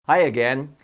hi again.